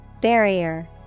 Barrier